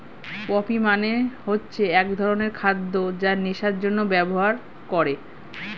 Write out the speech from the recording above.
poppy মানে হচ্ছে এক ধরনের খাদ্য যা নেশার জন্যে ব্যবহার করে